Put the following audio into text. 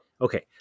Okay